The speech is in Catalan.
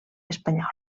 espanyola